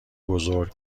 بزرگ